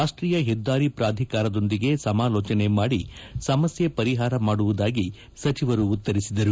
ರಾಷ್ಷೀಯ ಹೆದ್ದಾರಿ ಪ್ರಾಧಿಕಾರದೊಂದಿಗೆ ಸಮಾಲೋಚನೆ ಮಾಡಿ ಸಮಸ್ಥೆ ಪರಿಹಾರ ಮಾಡುವುದಾಗಿ ಸಚಿವರು ಉತ್ತರಿಸಿದರು